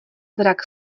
zrak